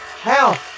Hell